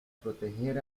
proteger